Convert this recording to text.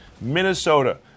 Minnesota